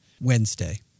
Wednesday